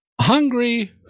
Hungry